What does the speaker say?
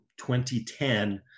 2010